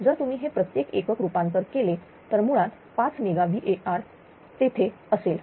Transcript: जर तुम्ही हे प्रत्येक एकक रूपांतर केले तर मुळात 5 मेगा VAr तेथे असेल